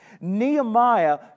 Nehemiah